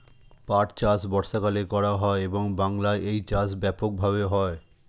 পাট চাষ বর্ষাকালে করা হয় এবং বাংলায় এই চাষ ব্যাপক ভাবে হয়